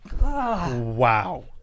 Wow